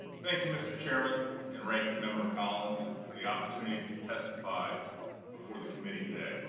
thank you, mr. chairman and ranking member collins for the opportunity to testify before the committee today.